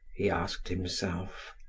he asked himself.